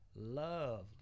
love